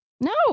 No